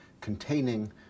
containing